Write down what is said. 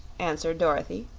answered dorothy.